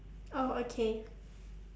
oh okay